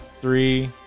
Three